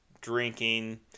drinking